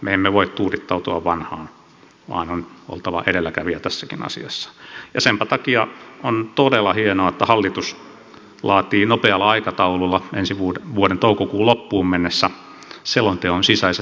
me emme voi tuudittautua vanhaan vaan on oltava edelläkävijä tässäkin asiassa ja senpä takia on todella hienoa että hallitus laatii nopealla aikataululla ensi vuoden toukokuun loppuun mennessä selonteon sisäisestä turvallisuudesta